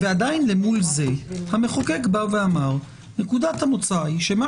ועדיין למול זה המחוקק אמר שנקודת המוצא היא שמה